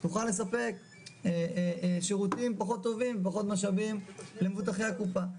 תוכל לספק שירותים פחות טובים עם פחות משאבים למבוטחי הקופה.